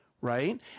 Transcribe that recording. right